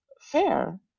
fair